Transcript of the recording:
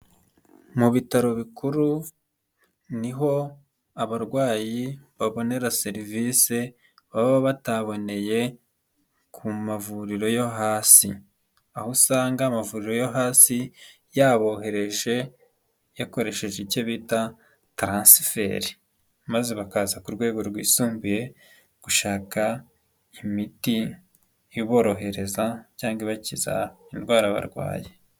Mu bitaro bikuru niho abarwayi babonera serivise baba bataboneye ku mavuriro yo hasi, aho usanga amavuriro yo hasi yabohereje yakoresheje icyo bita taransiferi, maze bakaza ku rwego rwisumbuye gushaka imiti iborohereza cyangwa ibakiza indwara barwaye.